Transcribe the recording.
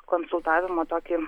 konsultavimą tokį